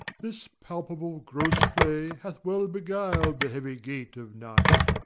this palpable-gross play hath well beguil'd the heavy gait of night.